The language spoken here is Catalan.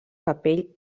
capell